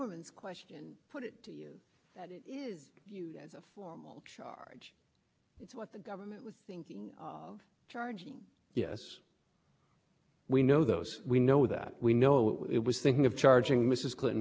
question put it to you that it is used as a formal charge it's what the government was thinking of charging yes we know those we know that we know it was thinking of charging mrs clinton for